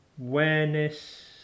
awareness